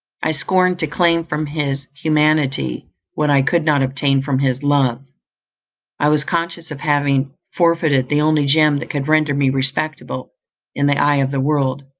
i scorned to claim from his humanity what i could not obtain from his love i was conscious of having forfeited the only gem that could render me respectable in the eye of the world.